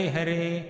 Hare